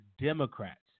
Democrats